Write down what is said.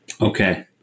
Okay